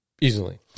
easily